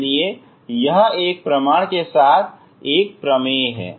इसलिए यह एक प्रमाण के साथ एक प्रमेय है